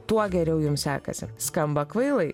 tuo geriau jum sekasi skamba kvailai